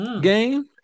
game